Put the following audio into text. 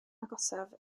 agosaf